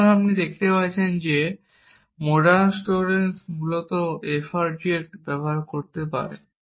সুতরাং আপনি দেখতে পাচ্ছেন যে মোডাস টোলেনস মূলত Frg একটি ব্যবহার করে বের করতে পারে